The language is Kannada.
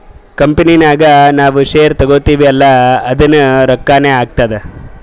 ಕಂಪನಿ ನಾಗ್ ನಾವ್ ಶೇರ್ ತಗೋತಿವ್ ಅಲ್ಲಾ ಅದುನೂ ರೊಕ್ಕಾನೆ ಆತ್ತುದ್